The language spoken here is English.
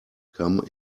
come